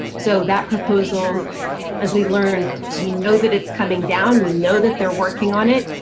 so that proposal as we learned, we know that it's coming down. we know that they're working on it.